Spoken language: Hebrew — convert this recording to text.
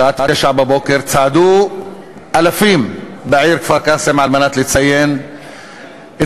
בשעה 09:00 צעדו אלפים בעיר כפר-קאסם על מנת לציין את